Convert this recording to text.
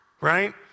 right